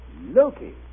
Loki